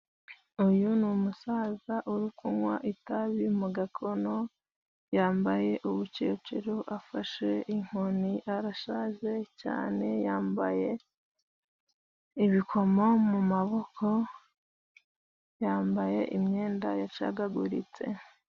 Uyu ni numusaza uri kunywa itabi mu gakono, yambaye ubucocero, afashe inkoni, arashaje cyane, yambaye ibikomo mumaboko, yambaye imyenda yacagaguritse.